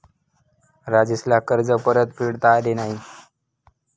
राजेशला कर्ज परतफेडता आले नाही